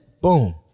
Boom